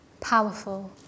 powerful